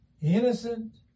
innocent